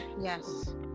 yes